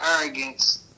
arrogance